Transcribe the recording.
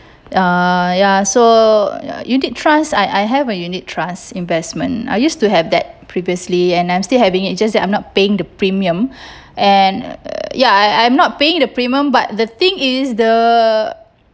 uh ya so ya unit trust I I have a unit trust investment I used to have that previously and I'm still having it just that I'm not paying the premium and err ya I I'm not paying the premium but the thing is the